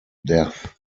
death